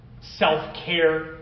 Self-care